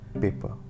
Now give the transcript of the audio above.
paper